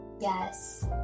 Yes